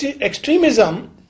extremism